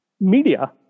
media